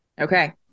Okay